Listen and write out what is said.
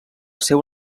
seu